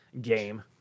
game